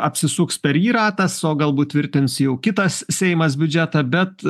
apsisuks per jį ratas o galbūt tvirtins jau kitas seimas biudžetą bet